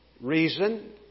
reason